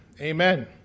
Amen